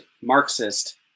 Marxist